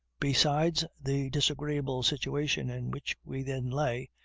besides the disagreeable situation in which we then lay,